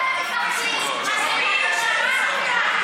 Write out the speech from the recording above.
חס וחלילה מלשמוע את,